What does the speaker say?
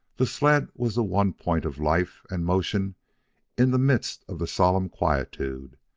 the sled was the one point of life and motion in the midst of the solemn quietude,